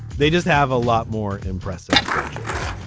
they just have a lot more impressive folgers